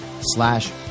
slash